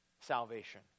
salvation